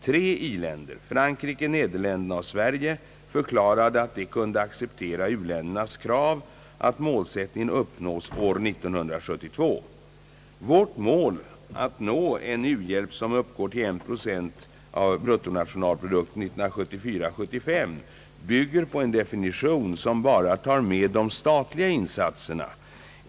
Tre i-länder, Frankrike, Nederländerna och Sverige, förklarade att de kunde acceptera u-ländernas krav att målsättningen uppnås år 1972. Vårt mål att nå en u-hjälp som uppgår till 1 proc. av bruttonationalprodukten 1974/75 bygger på en definition som bara tar med de statliga insatserna.